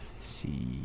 See